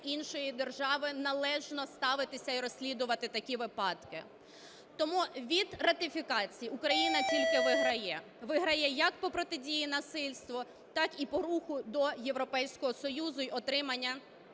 іншої держави належно ставитися і розслідувати такі випадки. Тому від ратифікації Україна тільки виграє, виграє як по протидії насильству, так і по руху до Європейського Союз, і отримання